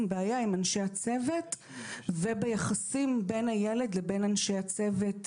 בעיה עם אנשי הצוות וביחסים בין הילד לבין אנשי הצוות.